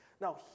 Now